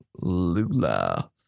Lula